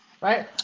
Right